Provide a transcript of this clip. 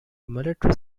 military